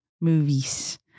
movies